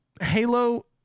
Halo